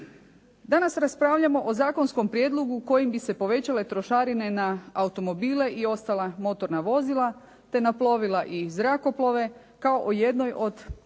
Danas raspravljamo o zakonskom prijedlogu kojim bi se povećale trošarine na automobile i ostala motorna vozila te na plovila i zrakoplove kao o jednoj od,